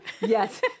Yes